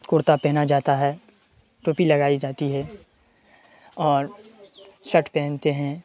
کرتا پہنا جاتا ہے ٹوپی لگائی جاتی ہے اور شرٹ پہنتے ہیں